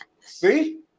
see